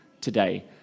today